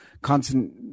constant